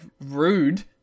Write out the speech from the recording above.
rude